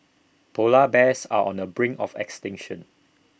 Polar Bears are on the brink of extinction